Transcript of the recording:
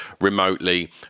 remotely